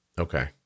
Okay